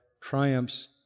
triumphs